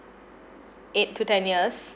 eight to ten years